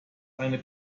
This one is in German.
eine